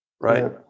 right